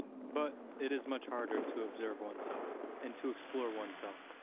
but it is much harder to observe oneself and to explore oneself.